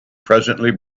presently